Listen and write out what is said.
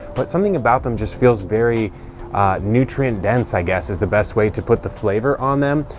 but something about them just feels very nutrient dense, i guess, is the best way to put the flavor on them.